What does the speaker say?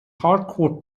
hardcore